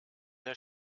der